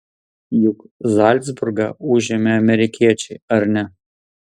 juk zalcburgą užėmė amerikiečiai ar ne